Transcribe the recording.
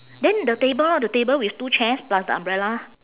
then the table lor the table with two chairs plus the umbrella